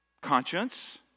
Conscience